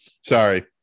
Sorry